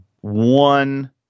one